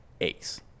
ace